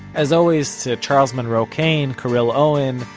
as always to charles monroe-kane, caryl owen,